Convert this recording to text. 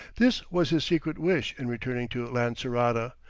this was his secret wish in returning to lancerota,